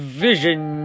vision